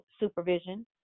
supervision